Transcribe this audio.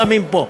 שמים פה,